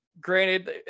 granted